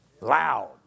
Loud